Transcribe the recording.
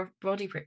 body